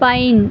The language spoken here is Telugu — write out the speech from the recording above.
పైన్